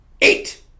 Eight